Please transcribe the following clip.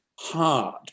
hard